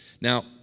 Now